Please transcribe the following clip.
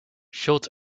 schultz